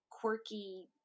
quirky